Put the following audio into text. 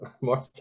More